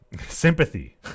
sympathy